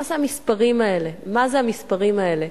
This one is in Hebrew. מה זה המספרים האלה, מה זה המספרים האלה.